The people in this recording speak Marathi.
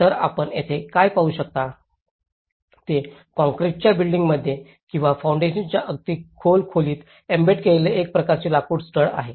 तर आपण येथे काय पाहू शकता ते काँक्रिटच्या बेडिंगमध्ये किंवा फाउंडेशनच्या अगदी खोल खोलीत एम्बेड केलेले एक प्रकारचे लाकूड स्टड आहे